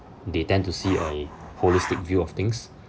they tend to see a holistic view of things